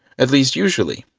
at least usually.